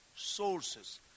Sources